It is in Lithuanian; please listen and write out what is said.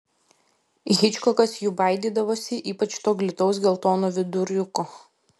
hičkokas jų baidydavosi ypač to glitaus geltono viduriuko